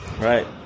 Right